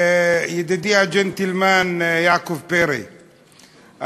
ידידי הג'נטלמן יעקב פרי,